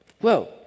whoa